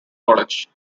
college